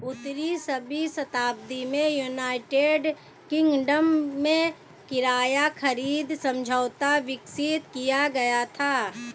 उन्नीसवीं शताब्दी में यूनाइटेड किंगडम में किराया खरीद समझौता विकसित किया गया था